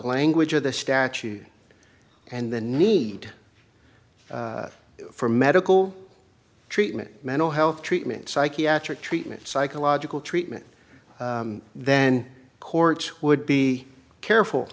language of the statute and the need for medical treatment mental health treatment psychiatric treatment psychological treatment then courts would be careful